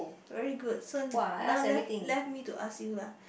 very good so now let let me to ask you lah